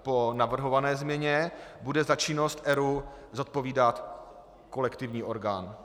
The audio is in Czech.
Po navrhované změně bude za činnost ERÚ zodpovídat kolektivní orgán.